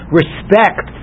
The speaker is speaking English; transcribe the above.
respect